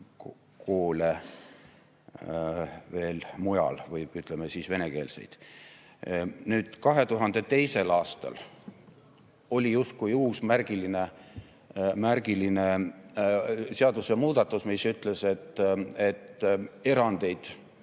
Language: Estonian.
koole veel mujalgi või, ütleme, venekeelseid. 2002. aastal oli justkui uus, märgiline seadusemuudatus, mis ütles, et erandeid